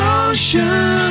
ocean